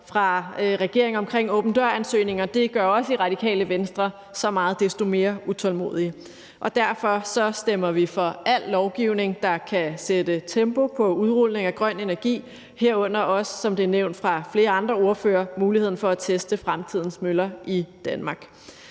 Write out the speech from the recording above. fra regeringen om åben dør-ansøgninger gør os i Radikale Venstre så meget desto mere utålmodige. Derfor stemmer vi for al lovgivning, der kan sætte tempo på udrulning af grøn energi, herunder også, som det er nævnt fra flere andre ordførere, muligheden for at teste fremtidens møller i Danmark.